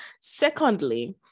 Secondly